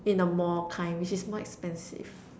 in the Mall kind which is more expensive